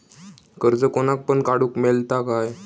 कर्ज कोणाक पण काडूक मेलता काय?